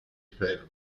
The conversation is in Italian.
ferro